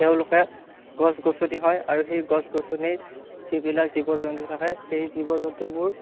তেওঁলোকে গছ গছনি হয় আৰু সেই গছ গছনিত যিবিলাক জীৱ জন্তু থাকে সেই জীৱ জন্তুবোৰ